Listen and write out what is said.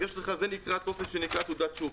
יש לך טופס שנקרא "תעודת שוק",